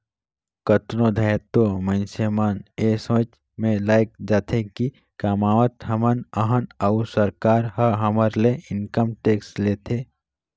कतनो धाएर तो मइनसे मन ए सोंचे में लइग जाथें कि कमावत हमन अहन अउ सरकार ह हमर ले इनकम टेक्स लेथे